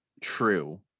True